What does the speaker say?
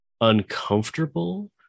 uncomfortable